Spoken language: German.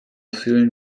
fühlen